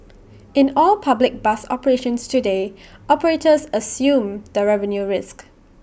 in all public bus operations today operators assume the revenue risk